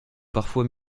parfois